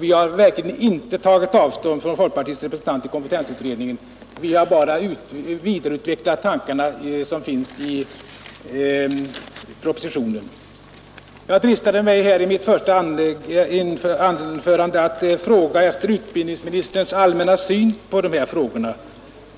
Vi har verkligen inte tagit avstånd från folkpartiets representant i kompetensutredningen. Vi har bara vidareutvecklat tankegångarna i propositionen. Jag dristade mig i mitt första anförande att fråga efter utbildningsministerns allmänna syn på dessa frågor.